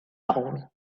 down